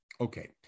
Okay